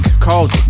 called